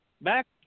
back